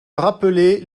rappeler